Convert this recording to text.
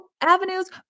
avenues